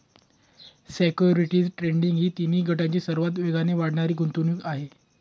securities trading ही तिन्ही गटांची सर्वात वेगाने वाढणारी गुंतवणूक आहे